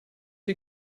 you